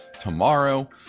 tomorrow